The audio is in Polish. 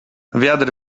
wiatr